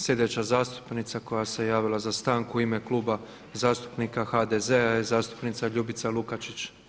Slijedeća zastupnica koja se javila za stanku u ime Kluba zastupnika HDZ-a je zastupnica Ljubica Lukačić.